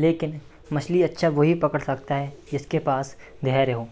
लेकिन मछली अच्छा वही पकड़ सकता है जिसके पास धैर्य हो